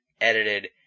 edited